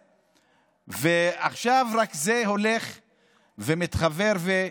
ועכשיו זה רק הולך ומתחוור.